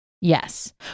Yes